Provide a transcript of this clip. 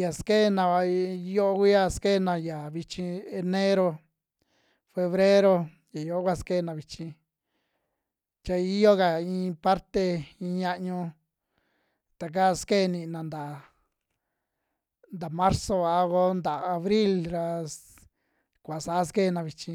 ya skena va yioo kuya sekena ya vichi enero, febrero ya yoo kua skena vichi cha iyo ka iin parte, iin ñiañu ta kaa sekee niina nta, nta marzo a ko nta abril ra ss kuva saa sekena vichi.